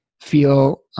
feel